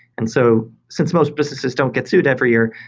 and so since most businesses don't get sued every year,